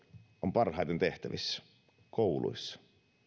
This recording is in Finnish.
parhaiten tehtävissä kouluissa